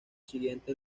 siguiente